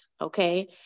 okay